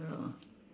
ya